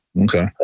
Okay